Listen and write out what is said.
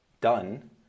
done